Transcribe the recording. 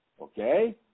Okay